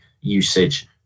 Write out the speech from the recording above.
usage